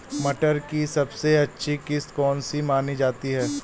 मटर की सबसे अच्छी किश्त कौन सी मानी जाती है?